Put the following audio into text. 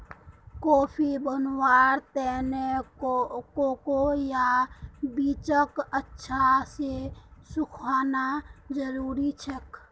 coffee बनव्वार त न कोकोआ बीजक अच्छा स सुखना जरूरी छेक